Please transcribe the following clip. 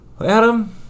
Adam